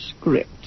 script